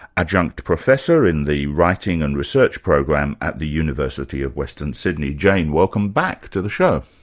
adjunct professor in the writing and research program at the university of western sydney. jane, welcome back to the show.